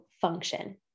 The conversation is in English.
function